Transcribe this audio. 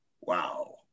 Wow